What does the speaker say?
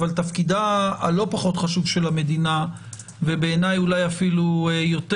אבל תפקידה הלא פחות חשוב של המדינה ובעיניי אולי אפילו יותר,